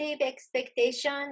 expectation